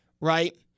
right